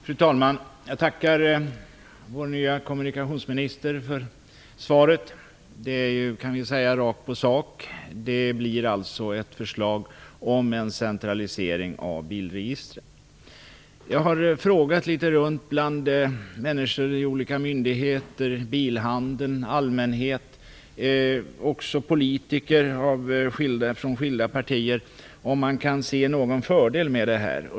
Fru talman! Jag tackar vår nya kommunikationsminister för svaret. Det är ju rakt på sak. Det blir alltså ett förslag om en centralisering av bilregistren. Jag har frågat runt bland människor, bl.a. på olika myndigheter, i bilhandeln, bland allmänhet och politiker från skilda partier om de kan se någon fördel med detta.